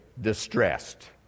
distressed